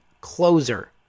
closer